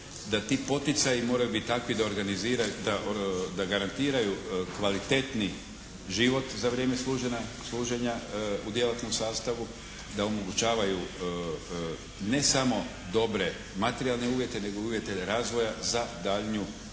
da ti poticaji moraju biti takvi da garantiraju kvalitetni život za vrijeme služenja u djelatnom sastavu, da omogućavaju ne samo dobre materijalne uvjete, nego i uvjete razvoja za daljnju, daljnji